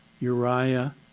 Uriah